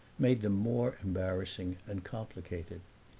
made them more embarrassing and complicated.